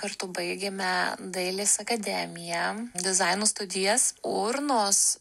kartu baigėme dailės akademiją dizaino studijas urnos